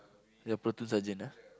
ya platoon sergeant ah